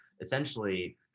essentially